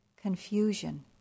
confusion